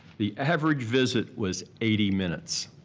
the average visit was eighty minutes.